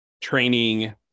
Training